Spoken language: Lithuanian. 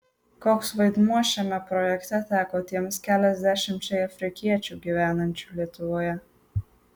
koks vaidmuo šiame projekte teko tiems keliasdešimčiai afrikiečių gyvenančių lietuvoje